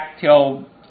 till